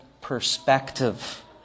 perspective